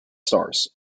stars